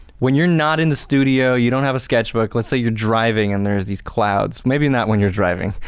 when you're not in the studio, you don't have a sketchbook, let's say you're driving and there's these clouds, maybe not when you're driving.